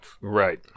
Right